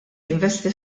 jinvesti